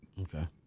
Okay